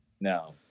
No